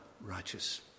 righteous